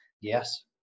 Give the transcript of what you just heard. yes